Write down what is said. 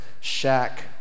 shack